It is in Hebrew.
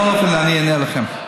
בכל אופן, אני אענה לכם.